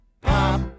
pop